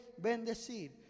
bendecir